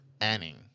Anning